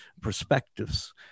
perspectives